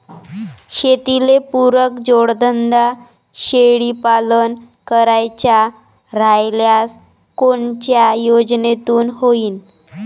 शेतीले पुरक जोडधंदा शेळीपालन करायचा राह्यल्यास कोनच्या योजनेतून होईन?